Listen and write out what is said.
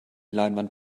leinwand